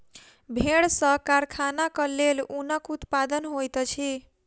भेड़ सॅ कारखानाक लेल ऊनक उत्पादन होइत अछि